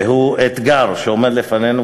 והוא אתגר שעומד לפנינו,